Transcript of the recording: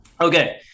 okay